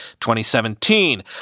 2017